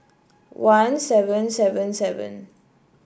one seven seven seven